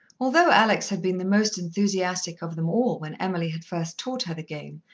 although alex had been the most enthusiastic of them all when emily had first taught her the game,